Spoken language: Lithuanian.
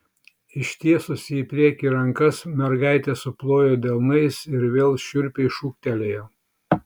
ištiesusi į priekį rankas mergaitė suplojo delnais ir vėl šiurpiai šūktelėjo